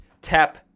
tap